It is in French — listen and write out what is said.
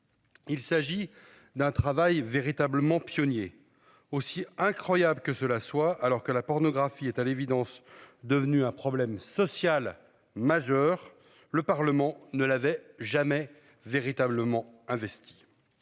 Il s'agit d'un travail véritablement Pionnier, aussi incroyable que cela soit alors que la pornographie est à l'évidence devenue un problème social majeur. Le Parlement ne l'avait jamais véritablement investi.